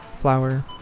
Flour